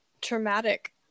traumatic